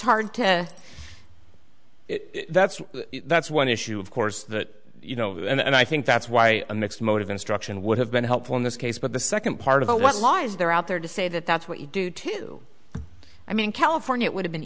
hard to that's that's one issue of course that you know and i think that's why a mixed mode of instruction would have been helpful in this case but the second part of it was lies there out there to say that that's what you do to i mean california would have been